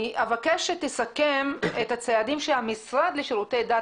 אבקש שתסכם את הצעדים שהמשרד לשירותי דת